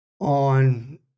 On